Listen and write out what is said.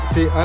See